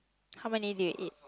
how many do you eat